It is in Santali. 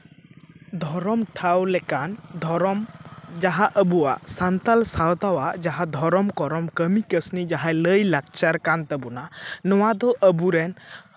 ᱫᱷᱚᱨᱚᱢ ᱴᱷᱟᱶ ᱞᱮᱠᱟᱱ ᱫᱷᱚᱨᱚᱢ ᱡᱟᱦᱟᱸ ᱟᱵᱚᱣᱟᱜ ᱥᱟᱱᱛᱟᱲ ᱥᱟᱶᱛᱟ ᱟᱜ ᱡᱟᱦᱟᱸ ᱫᱷᱚᱨᱚᱢ ᱠᱚᱨᱚᱢ ᱠᱟᱹᱢᱤ ᱠᱟᱹᱥᱱᱤ ᱡᱟᱦᱟᱸ ᱞᱟᱹᱭᱼᱞᱟᱠᱪᱟᱨ ᱠᱟᱱ ᱛᱟᱵᱳᱱᱟ ᱱᱚᱣᱟ ᱫᱚ ᱟᱵᱚ ᱨᱮᱱ